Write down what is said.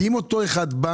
אם אותו אחד בא